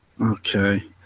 Okay